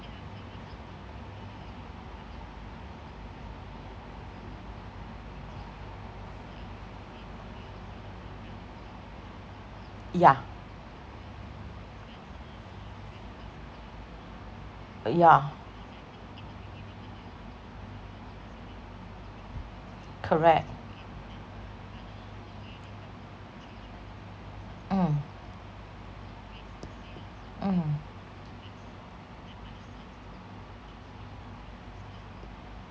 yeah uh yeah correct mm mm